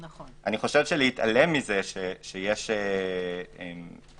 אני חושב שלהתעלם מזה שיש 40%